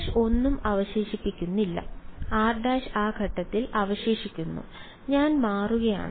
r′ ഒന്നും അവശേഷിക്കുന്നില്ല r′ ആ ഘട്ടത്തിൽ അവശേഷിക്കുന്നു ഞാൻ മാറുകയാണ്